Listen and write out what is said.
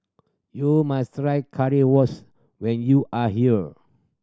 you must try Currywurst when you are here